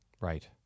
Right